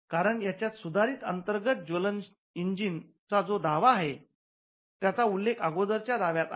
कारण यांच्यात सुधारित अंतर्गत ज्वलन इंजिन चा जो दावा केला आहे त्याचा उल्लेख अगोदरच्या दाव्यात आहे